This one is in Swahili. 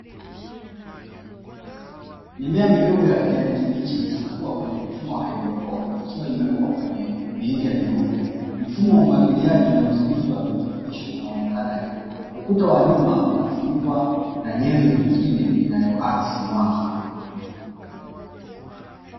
Mimea midogo ya kijani kibichi ikikua kwenye mfumo wa hydroponi, ikiwa imewekwa kwenye mirija meupe. Mfumo wa umwagiliaji na udhibiti wa virutubisho unaonekana juu, ukuta wa nyuma unafunikwa na nyenzo nyingine, inayoakisi mwanga.